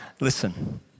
listen